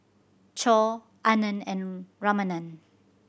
Choor Anand and Ramanand